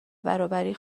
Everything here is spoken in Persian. برابری